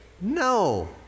No